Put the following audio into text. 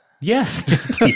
Yes